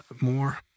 more